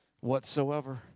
whatsoever